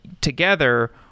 together